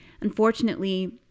Unfortunately